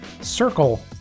Circle